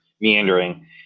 meandering